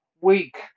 week